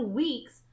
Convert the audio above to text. weeks